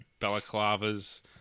balaclavas